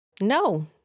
No